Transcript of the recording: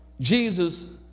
Jesus